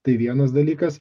tai vienas dalykas